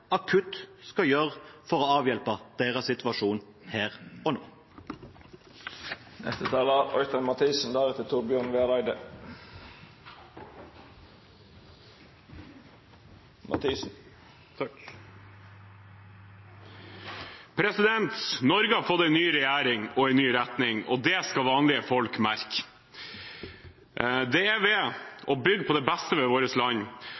akutt skal gjøre for å avhjelpe deres situasjon her og nå. Norge har fått en ny regjering og en ny retning, og det skal vanlige folk merke. Det er ved å bygge på det beste ved landet vårt